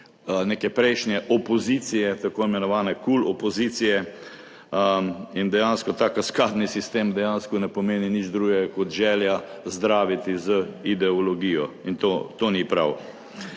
neke prejšnje opozicije, tako imenovane Kul opozicije in dejansko ta kaskadni sistem dejansko ne pomeni nič drugega kot želja zdraviti z ideologijo in to ni prav.